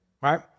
Right